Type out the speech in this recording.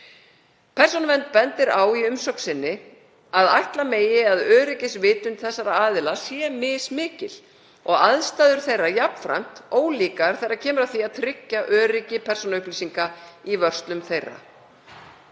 Persónuvernd bendir á í umsögn sinni að ætla megi að öryggisvitund þessara aðila sé mismikil og aðstæður þeirra jafnframt ólíkar þegar kemur að því að tryggja öryggi persónuupplýsinga í vörslu þeirra.